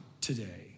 today